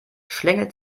schlängelt